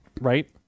right